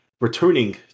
returning